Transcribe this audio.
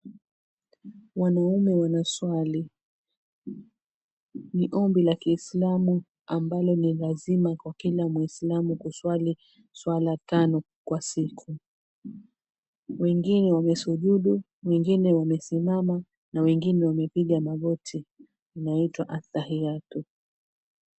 Wanaume wanaswali. Ni ombi la kiislamu ambalo ni lazima kwa kila muislamu kuswali swala tano kwa siku. Wengine wamesujudu, wengine wamesimama na wengine wamepiga magoti. Inaitwa atahiyatu.